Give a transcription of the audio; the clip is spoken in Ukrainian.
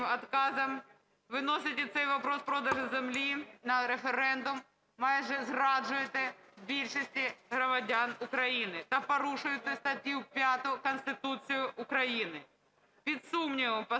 выносите цей вопрос продажу землі на референдум, майже зраджуйте більшості громадян України та порушуєте статтю 5 Конституції України. Під сумнів поставлений